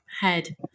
head